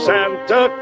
Santa